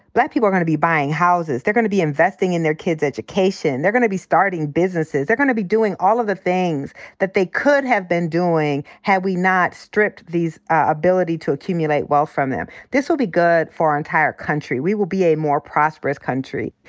black people are gonna be buying houses. they're gonna be investing in their kids' education. they're gonna be starting businesses. they're gonna be doing all of the things that they could have been doing, had we not stripped the ability to accumulate wealth from them. this will be good for our entire country. we will be a more prosperous country.